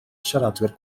siaradwyr